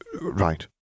Right